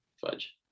Fudge